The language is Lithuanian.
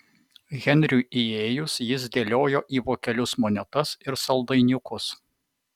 henriui įėjus jis dėliojo į vokelius monetas ir saldainiukus